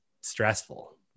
stressful